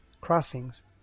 Crossings